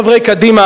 חברי קדימה,